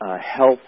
health